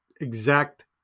exact